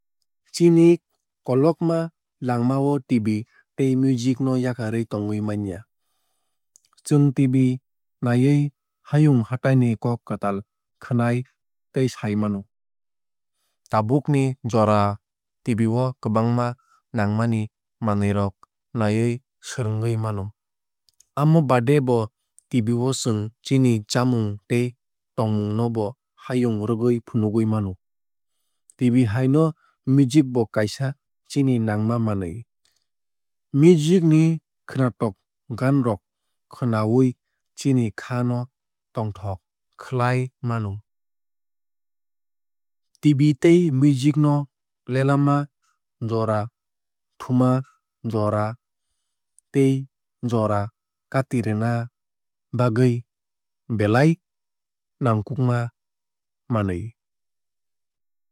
Chini kolokma langma o tv tei music no yakarwui tongui manya. Chwng tv naiwui hayung hatai ni kok kwtal khwnai tei sai mano. Tabukni jora tv o kwbangma nangmani manwui rok naiwui swrwngui mano. Amo baade bo tv o chwng chini chamung tei tomung no bo hayung rwgui funugui mano. Tv hai no music bo kaisa chini nangma manwui. Music ni khwnatok gaan rok khwnawui chini kha no tonthok khlai mano. Tv tei music no lelama jora thuma jora tei jora katirwna bagwui belai nangkukma manwui.